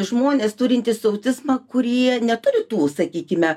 žmonės turintys autizmą kurie neturi tų sakykime